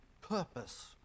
purpose